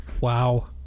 wow